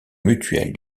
mutuelle